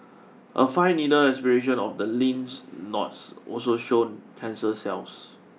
a fine needle aspiration of the lymph nodes also showed cancer cells